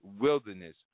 wilderness